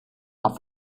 auf